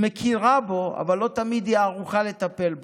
היא מכירה בו, אבל לא תמיד היא ערוכה לטפל בו,